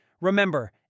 remember